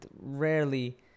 rarely